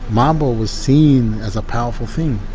mabo was seen as a powerful thing,